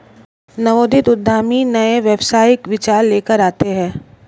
नवोदित उद्यमी नए व्यावसायिक विचार लेकर आते हैं